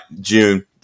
June